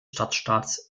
stadtstaats